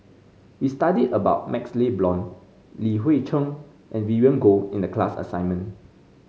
we studied about MaxLe Blond Li Hui Cheng and Vivien Goh in the class assignment